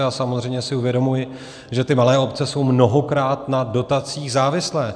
A samozřejmě si uvědomuji, že malé obce jsou mnohokrát na dotacích závislé.